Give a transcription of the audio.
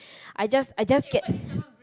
I just I just get